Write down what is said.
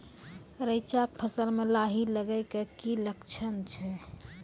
रैचा के फसल मे लाही लगे के की लक्छण छै?